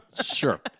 Sure